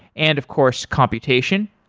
and of course computation.